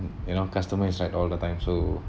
you know customer is right all the time so